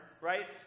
right